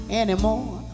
anymore